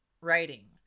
writing